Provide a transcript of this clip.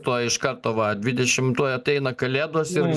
tuo iš karto va dvidešim tuoj ateina kalėdos ir